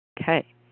Okay